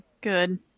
good